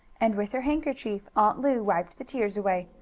and with her handkerchief aunt lu wiped the tears away.